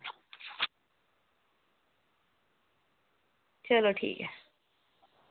चलो ठीक ऐ